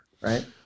Right